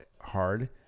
hard